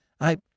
I—